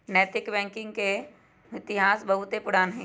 नैतिक बैंकिंग के इतिहास बहुते पुरान हइ